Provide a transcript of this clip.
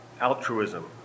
altruism